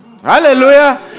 Hallelujah